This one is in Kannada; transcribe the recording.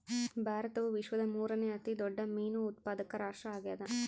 ಭಾರತವು ವಿಶ್ವದ ಮೂರನೇ ಅತಿ ದೊಡ್ಡ ಮೇನು ಉತ್ಪಾದಕ ರಾಷ್ಟ್ರ ಆಗ್ಯದ